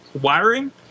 wiring